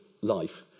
life